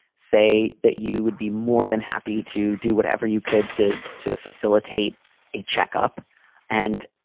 say that you would be more than happy to do whatever you could to to facilitate a checkup and,